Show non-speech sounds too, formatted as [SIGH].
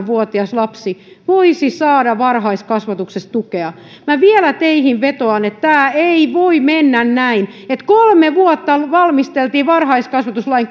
[UNINTELLIGIBLE] vuotias lapsi voisi saada varhaiskasvatuksessa tukea minä vielä teihin vetoan että tämä ei voi mennä näin että kolme vuotta valmisteltiin varhaiskasvatuslain [UNINTELLIGIBLE]